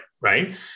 right